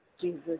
Jesus